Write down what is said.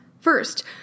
First